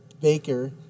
Baker –